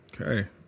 Okay